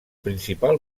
principal